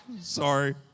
Sorry